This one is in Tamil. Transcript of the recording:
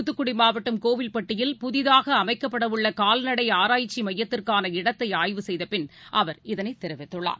தூத்துக்குடி மாவட்டம் கோவில்பட்டியில் புதிதாக அமைக்கப்படவுள்ள கால்நடை ஆராய்ச்சி மையத்திற்கான இடத்தை ஆய்வு செய்த பின் அவர் இதனை தெரிவித்துள்ளார்